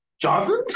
Johnson